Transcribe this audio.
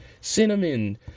cinnamon